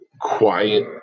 quiet